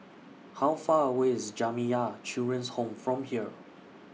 How Far away IS Jamiyah Children's Home from here